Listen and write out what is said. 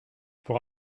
pour